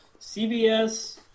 CVS